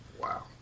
wow